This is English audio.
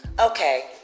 Okay